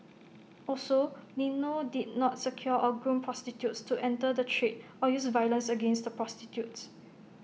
also Lino did not secure or groom prostitutes to enter the trade or use violence against the prostitutes